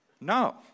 No